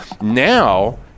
Now